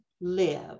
live